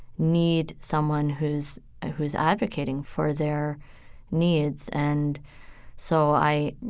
need someone who's ah who's advocating for their needs. and so i,